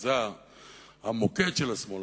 וזה המוקד של השמאל,